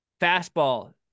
Fastball